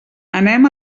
anem